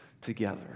together